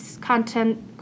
content